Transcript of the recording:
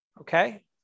okay